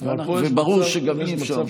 וברור שגם אי-אפשר.